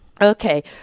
Okay